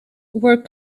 were